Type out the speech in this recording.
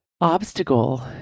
obstacle